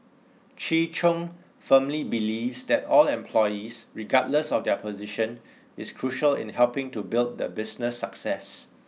Chi Chung firmly believes that all employees regardless of their position is crucial in helping to build the business success